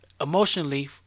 emotionally